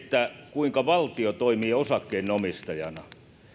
kuinka valtio toimii osakkeenomistajana